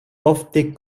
ofte